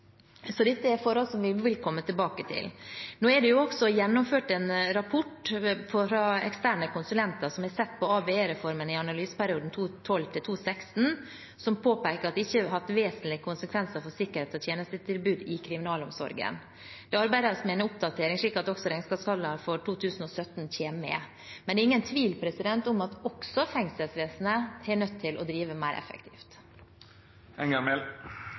Så dette er forhold vi vil komme tilbake til. Nå har eksterne konsulenter sett på ABE-reformen i analyseperioden 2012–2016 og utarbeidet en rapport som påpeker at det ikke har hatt vesentlige konsekvenser for sikkerhet og tjenestetilbud i kriminalomsorgen. Det arbeides med en oppdatering, slik at også regnskapstallene for 2017 kommer med. Men det er ingen tvil om at også fengselsvesenet er nødt til å drive mer